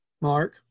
Mark